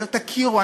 רק תכירו,